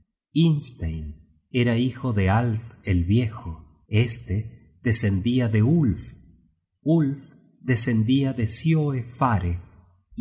era hijo de alf el viejo este descendia de ulf ulf descendia de sioe fare y